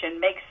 makes